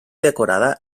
decorada